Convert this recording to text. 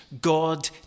God